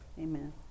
amen